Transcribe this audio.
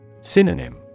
Synonym